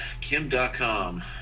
Kim.com